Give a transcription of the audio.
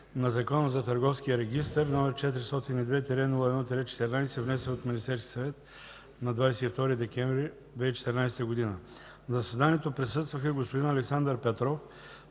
на Закона за търговския регистър, № 402-01-14, внесен от Министерския съвет на 22 декември 2014 г. На заседанието присъстваха: господин Александър Петров